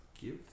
give